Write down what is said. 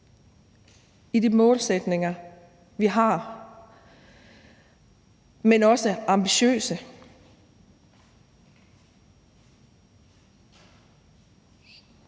i de målsætninger, vi har, men også ambitiøse.